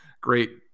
great